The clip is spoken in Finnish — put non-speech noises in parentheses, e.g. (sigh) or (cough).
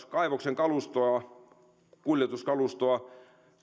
(unintelligible) kaivoksen kalustoa kuljetuskalustoa